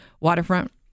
Waterfront